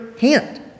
hand